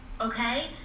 okay